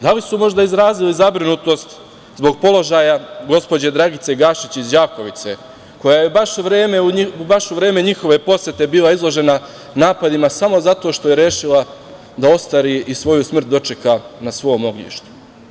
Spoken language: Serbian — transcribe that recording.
Da li su možda izrazili zabrinutost zbog položaja gospođe Dragice Gašić iz Đakovice, koja je baš u vreme njihove posete bila izložena napadima samo zato što je rešila da ostari i svoju smrt dočeka na svom ognjištu?